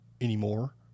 anymore